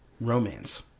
romance